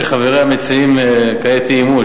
שחבריה מציעים כעת אי-אמון,